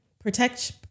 Protect